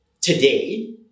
today